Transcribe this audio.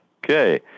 Okay